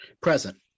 present